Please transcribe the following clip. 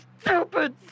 Stupid